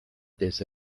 des